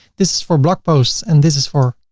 this is for blog posts and this is for